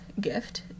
gift